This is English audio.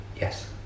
Yes